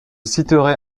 citerai